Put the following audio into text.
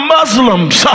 Muslims